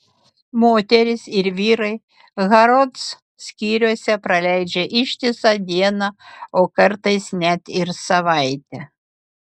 moterys ir vyrai harrods skyriuose praleidžia ištisą dieną o kartais net ir savaitę